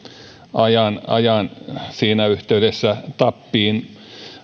ajan ajan siinä yhteydessä tappiin